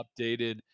updated